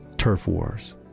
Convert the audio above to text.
turf wars,